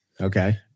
Okay